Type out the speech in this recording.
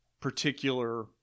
particular